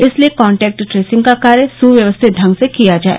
इसलिए contact tracing का कार्य सव्यवस्थित ढंग से किया जाए